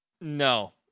no